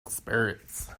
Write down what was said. spirits